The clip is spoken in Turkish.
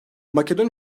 makedon